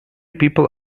people